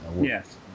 yes